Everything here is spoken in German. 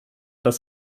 das